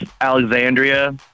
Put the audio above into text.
Alexandria